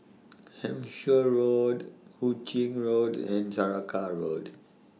Hampshire Road Hu Ching Road and Saraca Road